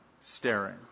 staring